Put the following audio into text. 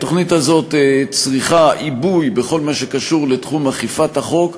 התוכנית הזאת צריכה עיבוי בכל מה שקשור לתחום אכיפת החוק,